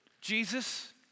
Jesus